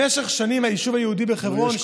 במשך שנים היישוב היהודי בחברון,